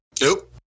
Nope